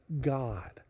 God